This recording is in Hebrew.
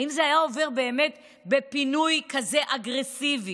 האם זה היה עובר באמת בפינוי כזה אגרסיבי,